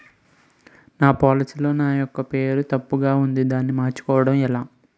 నా పోలసీ లో నా యెక్క పేరు తప్పు ఉంది దానిని మార్చు కోవటం ఎలా?